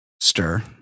stir